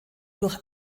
durch